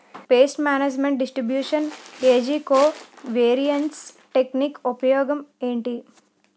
paste management distribution ఏజ్జి covariance technique ఉపయోగం ఏంటి